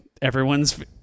everyone's